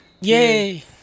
Yay